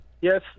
Yes